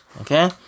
Okay